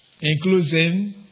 including